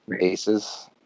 Aces